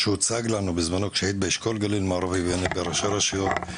שהוצג לנו בזמנו כשאת היית באשכול גליל מערבי ואני בראשי הרשויות,